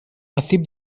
آسیب